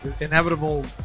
inevitable